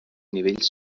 nivells